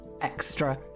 extra